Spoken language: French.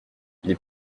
les